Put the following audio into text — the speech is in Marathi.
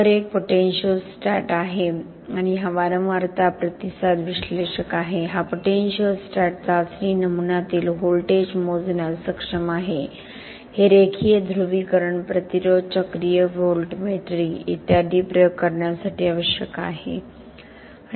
वर एक पोटेन्शिओ स्टॅट आहे आणि हा वारंवारता प्रतिसाद विश्लेषक आहे हा पोटेन्शिओ स्टॅट चाचणी नमुन्यातील व्होल्टेज मोजण्यास सक्षम आहे हे रेखीय ध्रुवीकरण प्रतिरोध चक्रीय व्होल्टमेट्री इत्यादी प्रयोग करण्यासाठी आवश्यक आहे